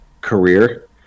career